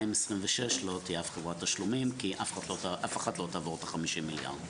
ב-2026 לא תהיה אף חברת תשלומים כי אף אחת לא תעבור את ה-50 מיליארד,